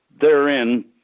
therein